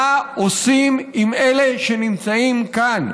מה עושים עם אלה שנמצאים כאן.